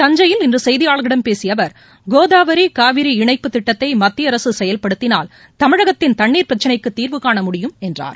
தஞ்சையில் இன்று செய்தியாளர்களிடம் பேசிய அவர் கோதாவரி காவிரி இணைப்பு திட்டத்தை மத்திய அரசு செயல்படுத்தினால் தமிழகத்தின் தண்ணீர் பிரச்சினைக்கு தீர்வுனன முடியும் என்றார்